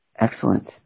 Excellent